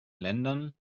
ländern